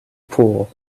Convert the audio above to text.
pool